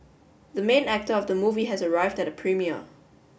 the main actor of the movie has arrived at the premiere